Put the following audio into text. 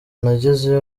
nagezeyo